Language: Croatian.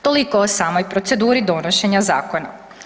Toliko o samoj proceduri donošenja zakona.